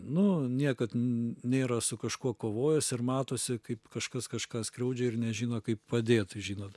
nu niekad nėra su kažkuo kovojęs ir matosi kaip kažkas kažką skriaudžia ir nežino kaip padėt tai žinot